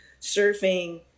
surfing